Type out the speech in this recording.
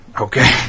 Okay